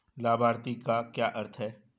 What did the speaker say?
लाभार्थी का क्या अर्थ है?